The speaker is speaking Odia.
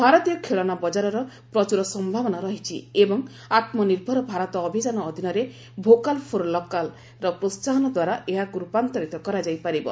ଭାରତୀୟ ଖେଳନା ବଜାରର ପ୍ରଚୁର ସମ୍ଭାବନା ରହିଛି ଏବଂ ଆତ୍କନିର୍ଭର ଭାରତ ଅଭିଯାନ ଅଧୀନରେ ଭୋକାଲ୍ ଫର୍ ଲୋକାଲ୍ ର ପ୍ରୋହାହନଦ୍ୱାରା ଏହାକୁ ରୂପାନ୍ତରିତ କରାଯାଇପାରିବ